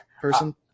person